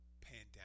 pandemic